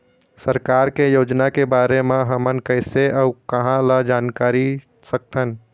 सरकार के योजना के बारे म हमन कैसे अऊ कहां ल जानकारी सकथन?